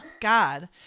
God